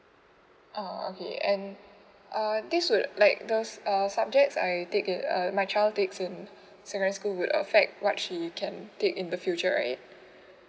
oh okay and err this would like those err subjects I take in err my child takes in secondary school would affect what she can take in the future right